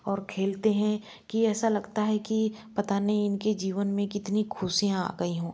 और खेलते हैं कि ऐसा लगता है कि पता नहीं इनके जीवन में कितनी खुशियां आ गई हो